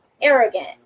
arrogant